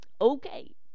okay